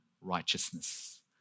righteousness